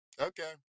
Okay